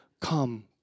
come